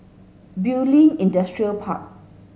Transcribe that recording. Bulim Industrial Park